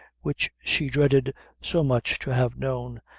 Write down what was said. which she dreaded so much to have known,